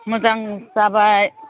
मोजां जाबाय